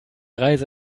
reise